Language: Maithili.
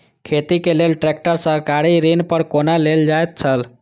खेती के लेल ट्रेक्टर सरकारी ऋण पर कोना लेल जायत छल?